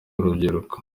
urubyiruko